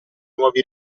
nuovi